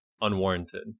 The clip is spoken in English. unwarranted